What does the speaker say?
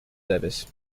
service